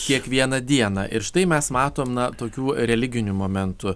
kiekvieną dieną ir štai mes matom na tokių religinių momentų